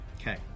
Okay